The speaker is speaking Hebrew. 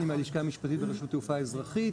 אני מהלשכה המשפטית ברשות התעופה האזרחית.